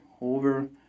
over